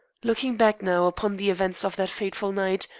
looking back now upon the events of that fateful night,